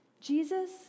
Jesus